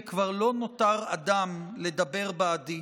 וכבר לא נותר אדם לדבר בעדי".